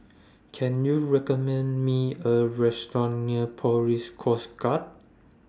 Can YOU recommend Me A Restaurant near Police Coast Guard